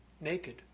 naked